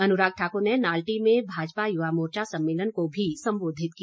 अनुराग ठाकुर ने नालटी में भाजपा युवा मोर्चा सम्मेलन को भी संबोधित किया